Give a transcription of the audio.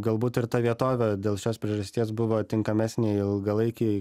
galbūt ir ta vietovė dėl šios priežasties buvo tinkamesnė ilgalaikei